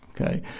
okay